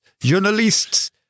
journalists